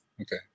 Okay